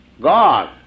God